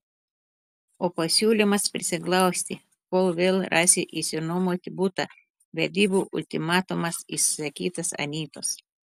o pasiūlymas prisiglausti kol vėl rasiu išsinuomoti butą vedybų ultimatumas išsakytas anytos